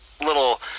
little